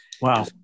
Wow